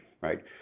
right